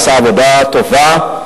עשה עבודה טובה,